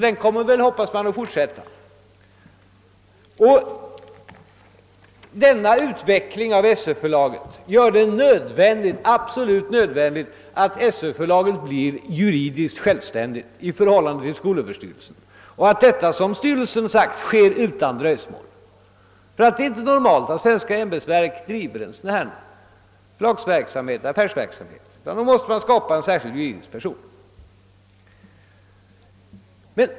Vi hoppas att denna kommer att fortsätta. Denna utveckling av SÖö-förlaget gör det absolut nödvändigt att förlaget blir juridiskt självständigt i förhållande till skolöverstyrelsen och att detta, såsom styrelsen sagt, sker utan dröjsmål. Det är inte normalt att svenska ämbetsverk bedriver en sådan förlagsverksamhet, utan det måste skapas en särskild juridisk person för ändamålet.